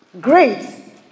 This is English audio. Great